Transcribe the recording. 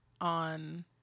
on